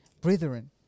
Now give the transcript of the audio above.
brethren